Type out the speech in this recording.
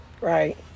right